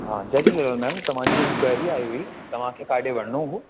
हा जय झूलेलाल मैम तव्हांजी इंक्वायरी आई हुई तव्हांखे काॾे वञिणो हुओ